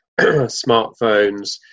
smartphones